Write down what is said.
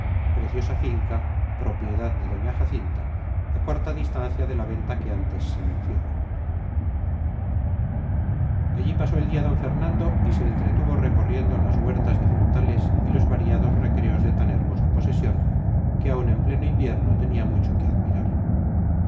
preciosa finca propiedad de doña jacinta a corta distancia de la venta que antes se menciona allí pasó el día d fernando y se entretuvo recorriendo las huertas de frutales y los variados recreos de tan hermosa posesión que aun en pleno invierno tenía mucho que admirar